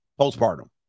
postpartum